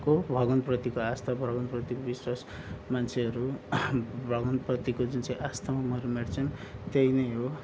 को भगवानप्रतिको आस्था भगवानप्रति विश्वास मान्छेहरू भगवानप्रतिको जुन चाहिँ आस्थामा मरिमेट्छन् त्यही नै हो